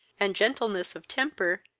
and gentleness of temper,